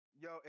Yo